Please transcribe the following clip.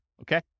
Okay